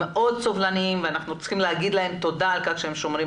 שהם מאוד סובלניים ואנחנו צריכים להגיד להם תודה על כך שהם שומרים